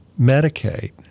medicaid